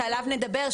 שעליו נדבר,